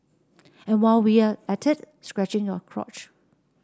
and while we're at it scratching your crotch